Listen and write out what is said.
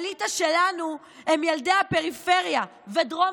האליטה שלנו הם ילדי הפריפריה ודרום